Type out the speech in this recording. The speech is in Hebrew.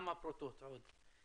וכמה פרוטות עוד.